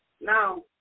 Now